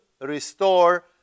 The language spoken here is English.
restore